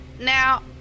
Now